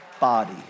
body